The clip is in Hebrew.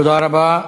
תודה רבה.